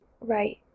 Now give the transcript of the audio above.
Right